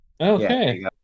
Okay